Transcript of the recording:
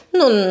non